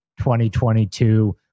2022